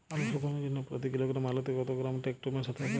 আলু শোধনের জন্য প্রতি কিলোগ্রাম আলুতে কত গ্রাম টেকটো মেশাতে হবে?